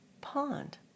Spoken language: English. pond